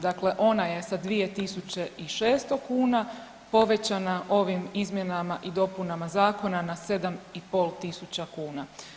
Dakle, ona je sa 2.600 kuna povećana ovim izmjenama i dopunama zakona za 7.500 kuna.